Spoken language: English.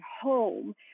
home